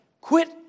Quit